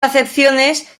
acepciones